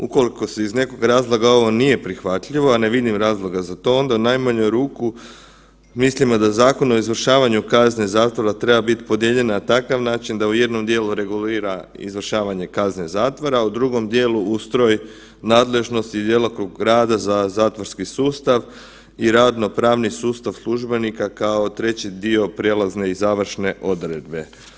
Ukoliko iz nekog razloga ovo nije prihvatljivo, a ne vidim razloga za to, onda u najmanju ruku mislimo da Zakon o izvršavanju kazne zatvora treba biti podijeljen na takav način da u jednom dijelu regulira izvršavanje kazne zatvora, u drugom dijelu ustroj nadležnosti, djelokrug rada za zatvorski sustav i radnopravni sustav službenika kao treći dio prijelazne i završne odredbe.